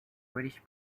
british